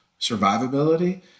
survivability